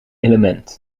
element